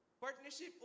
partnership